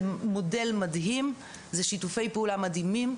מדובר במודל מדהים ובשיתופי פעולה מדהימים,